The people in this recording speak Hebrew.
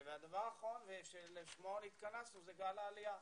הדבר האחרון לשמו התכנסנו הוא גל העלייה.